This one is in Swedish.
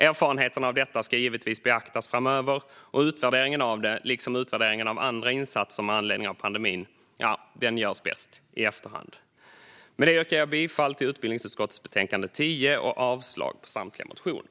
Erfarenheterna av detta ska givetvis beaktas framöver, och utvärderingen av det, liksom utvärderingen av andra insatser med anledning av pandemin, görs bäst i efterhand. Med detta yrkar jag bifall till utbildningsutskottets förslag i betänkande UbU10 och avslag på samtliga motioner.